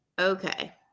Okay